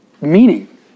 Meaning